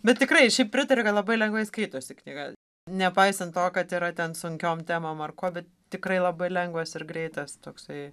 bet tikrai aš šiaip pritariu kad labai lengvai skaitosi knyga nepaisant to kad yra ten sunkiom temom ar ko bet tikrai labai lengvas ir greitas toksai